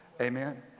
Amen